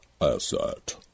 asset